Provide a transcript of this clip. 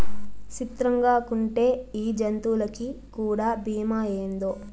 సిత్రంగాకుంటే ఈ జంతులకీ కూడా బీమా ఏందో